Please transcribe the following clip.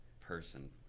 Person